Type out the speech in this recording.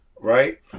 right